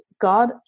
God